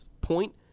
point